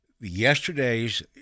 yesterday's